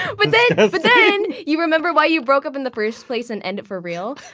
but then but then you remember why you broke up in the first place and end it for real?